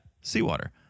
Seawater